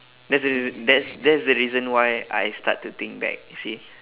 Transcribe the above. that's the reas~ that's that's the reason why I start to think back you see